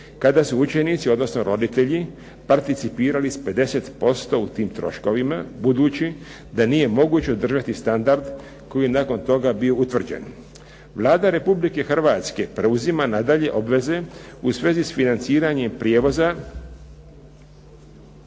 kada su učenici, odnosno roditelji participirali sa 50% u tim troškovima budući da nije moguće održati standard koji je nakon toga bio utvrđen. Vlada Republike Hrvatske preuzima nadalje obveze u svezi s financiranjem prijevoza